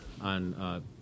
on